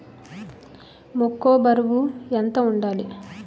మొక్కొ బరువు ఎంత వుండాలి?